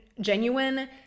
genuine